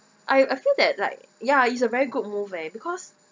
I I feel that like ya it's a very good move eh because